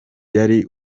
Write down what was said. yari